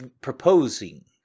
Proposing